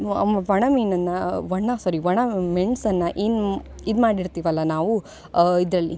ಅಮ್ ಒಣ ಮೀನನ್ನು ಒಣ ಸ್ವಾರಿ ಒಣಮೆಣ್ಸನ್ನು ಏನ್ಮ್ ಇದು ಮಾಡಿ ಇಡ್ತೀವಲ್ಲ ನಾವು ಇದರಲ್ಲಿ